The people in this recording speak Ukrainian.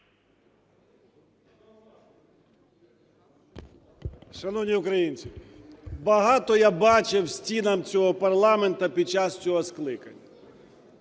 Шановні українці, багато я бачив в стінах цього парламенту під час цього скликання.